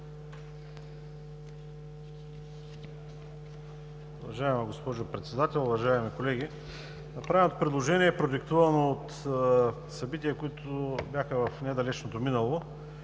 Уважаема госпожо Председател, уважаеми колеги! Правя предложение, продиктувано от събития, които бяха в недалечното минало